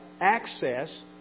access